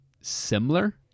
similar